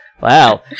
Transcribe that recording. wow